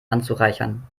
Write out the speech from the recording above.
anzureichern